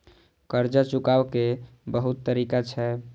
कर्जा चुकाव के बहुत तरीका छै?